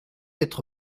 être